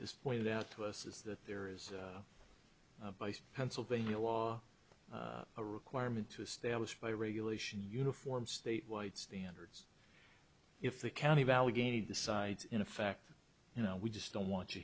is pointed out to us is that there is a pennsylvania law a requirement to establish by regulation uniform statewide standards if the county of allegheny decides in effect you know we just don't want you